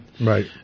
Right